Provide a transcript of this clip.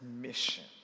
mission